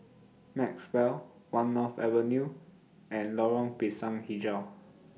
Maxwell one North Avenue and Lorong Pisang Hijau